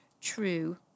true